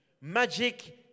Magic